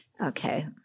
Okay